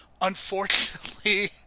Unfortunately